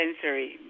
sensory